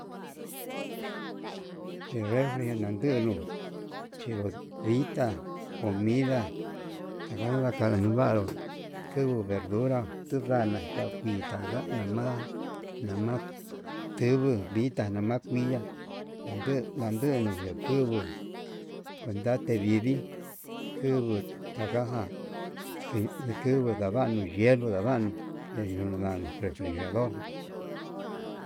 Ye'e refri nangunu xhivau ditá comida ndejana kana lugar kenguo verdura tunguana yanguita ngua nama, nama tenguo ditá tana yakuiya nandu nandu kiunguu kuenta te vivi ndunguu takaján, chikunu kavanuu ye'e yenuu ndava'a yeyunu nani refrijerador.